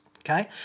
okay